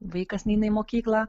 vaikas neina į mokyklą